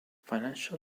financial